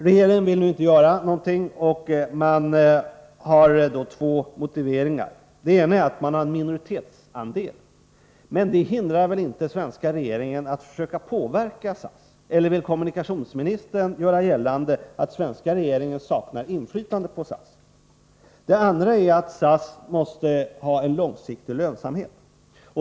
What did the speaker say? Regeringen vill nu inte göra någonting och anger för detta två motiveringar. Den ena är att staten endast har en minoritetsandel i SAS. Men det hindrar väl inte svenska regeringen från att försöka påverka SAS. Eller vill kommunikationsministern göra gällande att svenska regeringen saknar inflytande på SAS? Den andra motiveringen är att SAS måste ha en långsiktig lönsamhet.